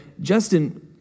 Justin